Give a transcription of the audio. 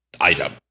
item